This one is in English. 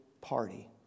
party